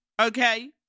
okay